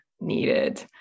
needed